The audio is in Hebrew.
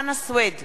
אינו נוכח